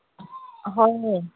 ꯍꯣꯏ